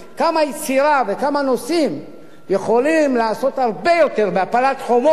כמה יצירה וכמה נושאים יכולים לעשות הרבה יותר בהפלת חומות,